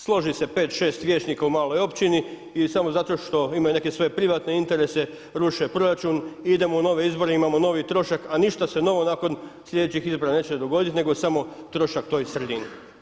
Složi se pet, šest vijećnika u maloj općini i samo zato što imaju neke svoje privatne interese ruše proračun i idemo u nove izbore, imao novi trošak a ništa se novo nakon slijedećih izbora neće dogoditi nego samo trošak toj sredini.